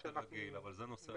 אבל זה נושא אחר.